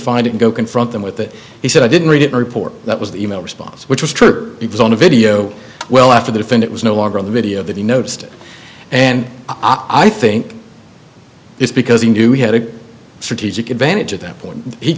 find it go confront them with it he said i didn't read it report that was the e mail response which was true it was on a video well after that if it was no longer in the video that he noticed it and i think it's because he knew he had a strategic advantage at that point he